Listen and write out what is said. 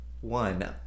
one